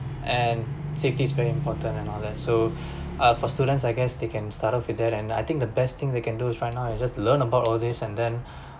and safety is very important and all that so uh for students I guess they can start off with that and I think the best thing they can do is right now is learn about all this and then